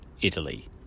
Italy